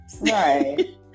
Right